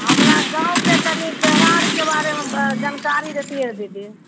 हमरा गाँवके तनी त्यौहारके बारेमे जनकारी दैतियै रऽ दीदी